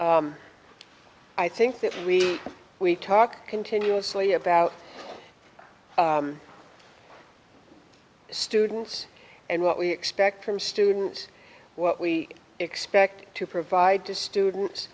i think that we we talk continuously about students and what we expect from students what we expect to provide to students